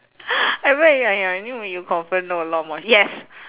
I read it on your anyway you confirm know a lot more yes